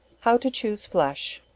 how to choose flesh.